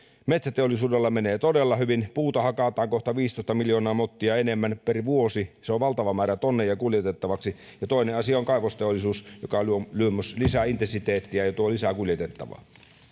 metsäteollisuudella menee todella hyvin puuta hakataan kohta viisitoista miljoonaa mottia enemmän per vuosi se on valtava määrä tonneja kuljetettavaksi ja toinen asia on kaivosteollisuus joka luo luo myös lisää intensiteettiä ja tuo lisää kuljetettavaa